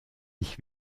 ich